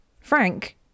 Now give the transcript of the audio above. Frank